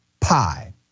Pi